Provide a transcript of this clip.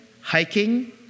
hiking